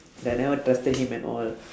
that I never trusted him and all